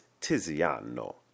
Tiziano